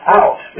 out